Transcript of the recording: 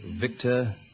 Victor